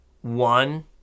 one